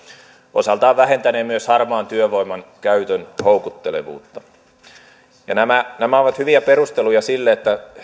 osaltaan vähentänee myös harmaan työvoiman käytön houkuttelevuutta nämä nämä ovat hyviä perusteluja sille että